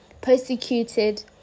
persecuted